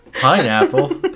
Pineapple